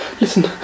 Listen